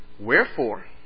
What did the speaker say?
Wherefore